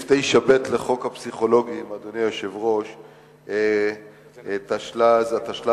אני רוצה לציין